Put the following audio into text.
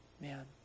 Man